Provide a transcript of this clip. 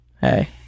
Hey